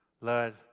Lord